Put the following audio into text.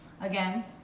again